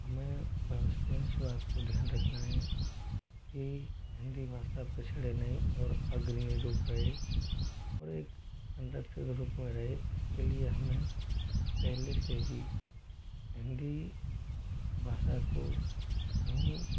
हमें भविष्य में इस बात को ध्यान रखना है कि हिंदी भाषा पिछड़े नहीं और अग्रणी रूप रहे और एक संरक्षित रूप में रहे इसके लिए हमें पहले से ही हिंदी भाषा को हमें